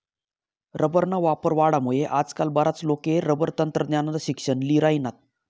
रबरना वापर वाढामुये आजकाल बराच लोके रबर तंत्रज्ञाननं शिक्सन ल्ही राहिनात